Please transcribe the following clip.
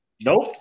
Nope